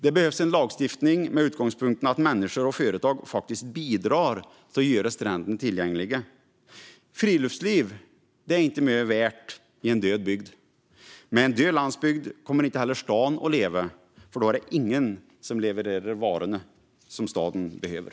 Det behövs en lagstiftning med utgångspunkten att människor och företag bidrar till att göra stränderna tillgängliga. Friluftsliv är inte mycket värt i en död bygd. Med en död landsbygd kommer inte heller staden att leva, för då är det ingen som levererar de varor som staden behöver.